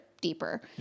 deeper